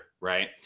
Right